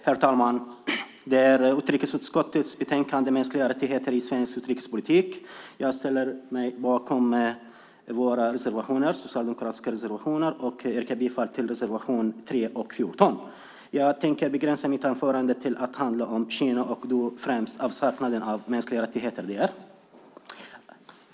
Herr talman! Vi debatterar utrikesutskottets betänkande Mänskliga rättigheter i svensk utrikespolitik . Jag ställer mig bakom våra socialdemokratiska reservationer och yrkar bifall till reservationerna 3 och 14. Jag tänker begränsa mitt anförande till att handla om Kina och då främst avsaknaden av mänskliga rättigheter där.